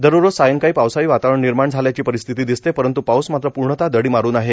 दररोज सायंकाळी पावसाळी वातावरण निर्माण झाल्याची परिस्थिती दिसते परंत् पाऊस मात्र पूर्णतः दडी मारून आहे